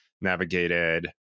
navigated